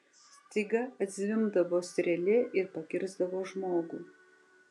staiga atzvimbdavo strėlė ir pakirsdavo žmogų